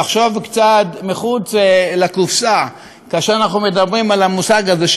לחשוב קצת מחוץ לקופסה כאשר אנחנו מדברים על המושג הזה,